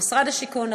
למשרד השיכון,